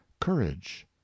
courage